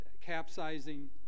capsizing